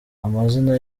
amazina